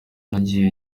nagiye